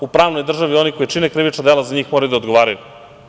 U pravnoj državi oni koji čine krivična dela, za njih moraju i da odgovaraju.